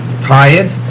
tired